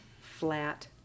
flat